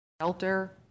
shelter